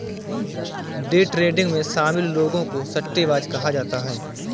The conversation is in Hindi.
डे ट्रेडिंग में शामिल लोगों को सट्टेबाज कहा जाता है